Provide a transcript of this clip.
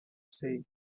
see